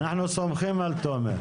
אנחנו סומכים על תומר.